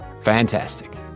Fantastic